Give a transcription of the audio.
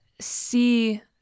see